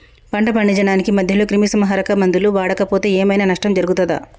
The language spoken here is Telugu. పంట పండించడానికి మధ్యలో క్రిమిసంహరక మందులు వాడకపోతే ఏం ఐనా నష్టం జరుగుతదా?